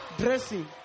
dressing